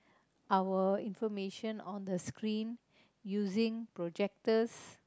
our information on the screen using projectors